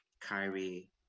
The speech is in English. Kyrie